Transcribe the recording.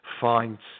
finds